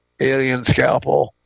Alienscalpel